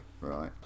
right